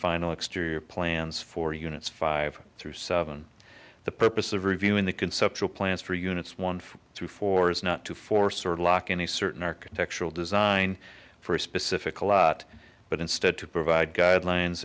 final exterior plans for units five through seven the purpose of reviewing the conceptual plans for units one through four is not to force or lock in a certain architectural design for a specific a lot but instead to provide guidelines